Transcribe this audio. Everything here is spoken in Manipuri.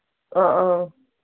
ꯑ ꯑ